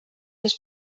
les